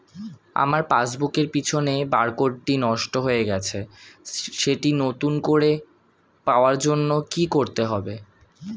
আমার পাসবুক এর পিছনে বারকোডটি নষ্ট হয়ে গেছে সেটি নতুন করে পাওয়ার জন্য কি করতে হবে?